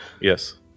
Yes